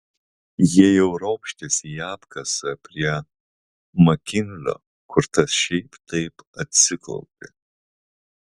jie jau ropštėsi į apkasą prie makinlio kur tas šiaip taip atsiklaupė